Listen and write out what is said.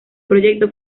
proyecto